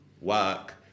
work